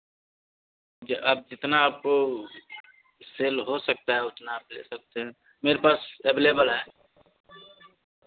कि आप जितना आपको सेल हो सकता है उतना आप ले सकते हैं मेरे पास अवेलेबल हैं